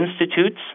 institutes